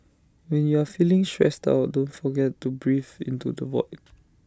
when you are feeling stressed out don't forget to breathe into the void